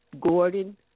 Gordon